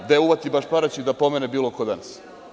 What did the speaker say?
Gde uhvati baš Paraćin da pomene bilo ko danas?